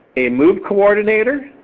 a move coordinator,